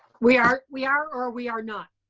we are we are or we are not?